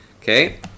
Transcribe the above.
okay